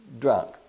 drunk